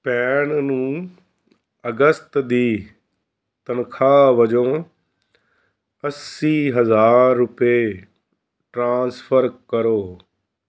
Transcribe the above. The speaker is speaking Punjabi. ਭੈਣ ਨੂੰ ਅਗਸਤ ਦੀ ਤਨਖਾਹ ਵਜੋਂ ਅੱਸੀ ਹਜ਼ਾਰ ਰੁਪਏ ਟ੍ਰਾਂਸਫਰ ਕਰੋ